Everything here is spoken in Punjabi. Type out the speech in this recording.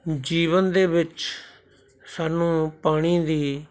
ਜੀਵਨ ਦੇ ਵਿੱਚ ਸਾਨੂੰ ਪਾਣੀ ਦੀ